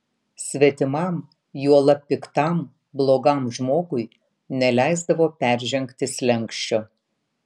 svetimam juolab piktam blogam žmogui neleisdavo peržengti slenksčio